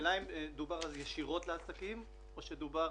--- השאלה אם דובר ישירות לעסקים או דרך